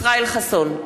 ישראל חסון,